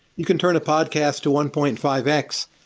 you can turn a podcast to one point five x.